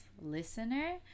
listener